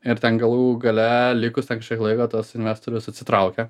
ir ten galų gale likus ten kažkiek laiko tas investorius atsitraukia